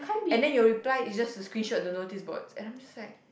and then your reply is just to screenshot the notice boards and I'm just like